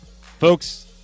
Folks